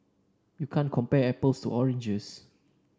you can't compare apples to oranges